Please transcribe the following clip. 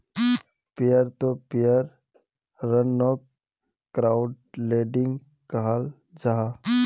peer to peer ऋन्नोक crowd lending कहाल जाहा